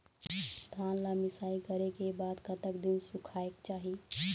धान ला मिसाई करे के बाद कतक दिन सुखायेक चाही?